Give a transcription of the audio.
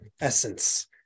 essence